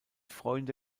freunde